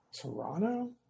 Toronto